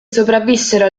sopravvissero